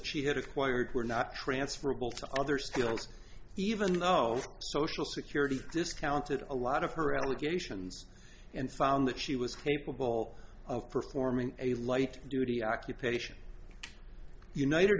had acquired were not transferable to other skills even though social security discounted a lot of her allegations and found that she was capable of performing a light duty occupation united